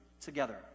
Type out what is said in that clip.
together